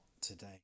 today